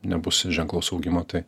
nebus ženklaus augimo tai